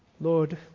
Lord